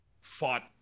fought